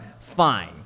Fine